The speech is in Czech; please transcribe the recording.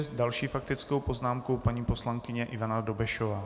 S další faktickou poznámku paní poslankyně Ivana Dobešová.